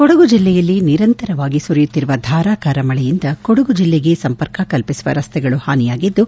ಕೊಡಗು ಜಿಲ್ಲೆಯಲ್ಲಿ ನಿರಂತರವಾಗಿ ಸುರಿಯುತ್ತಿರುವ ಧಾರಾಕಾರ ಮಳೆಯಿಂದ ಕೊಡಗು ಜಿಲ್ಲೆಗೆ ಸಂಪರ್ಕ ಕಲ್ಪಿಸುವ ರಸ್ತೆಗಳು ಹಾನಿಯಾಗಿದ್ದು